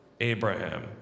Abraham